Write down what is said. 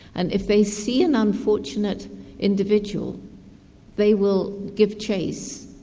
and if they see an unfortunate individual they will give chase,